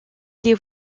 les